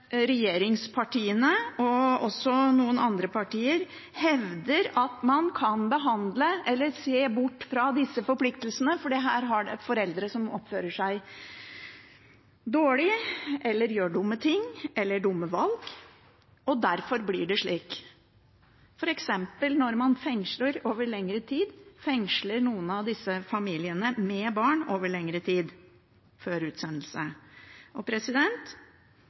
regjeringspartiene, og også noen andre partier, hevder at man kan behandle eller se bort fra disse forpliktelsene fordi det her er foreldre som oppfører seg dårlig, gjør dumme ting eller tar dumme valg, og derfor blir det slik at man f.eks. fengsler noen av disse familiene med barn over lengre tid før utsendelse.